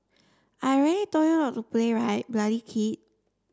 I already told you not to play right bloody kid